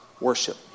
worship